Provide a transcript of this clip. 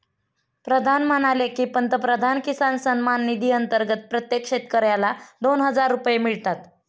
प्रधान म्हणाले की, पंतप्रधान किसान सन्मान निधी अंतर्गत प्रत्येक शेतकऱ्याला दोन हजार रुपये मिळतात